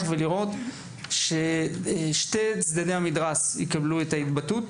ולראות שני צדדי המתרס יקבלו את ההתבטאות